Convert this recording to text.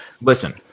Listen